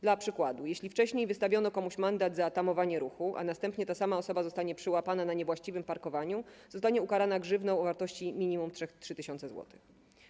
Dla przykładu, jeśli wcześniej wystawiono komuś mandat za tamowanie ruchu, a następnie ta sama osoba zostanie przyłapana na niewłaściwym parkowaniu, zostanie ukarana grzywną o wartości minimum 3 tys. zł.